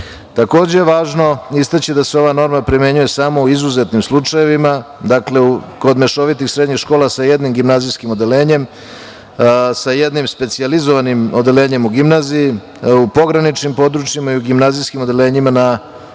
je istaći da se ova norma primenjuje samo u izuzetnim slučajevima, dakle kod mešovitih srednjih škola sa jednim gimnazijskim odeljenjem, sa jednim specijalizovanim odeljenjem u gimnaziji, u pograničnim područjima i u gimnazijskim odeljenjima na jezicima